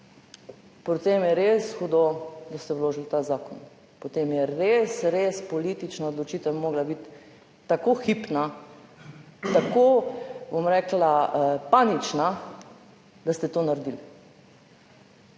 potem je res hudo, da ste vložili ta zakon. Potem je res res politična odločitev morala biti tako hipna, tako, bom rekla, panična, da ste to naredili.